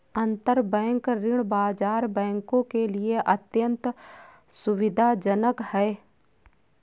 अंतरबैंक ऋण बाजार बैंकों के लिए अत्यंत सुविधाजनक है